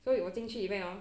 所以我进去里面 hor